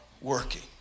working